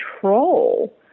control